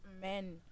men